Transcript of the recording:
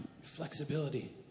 Flexibility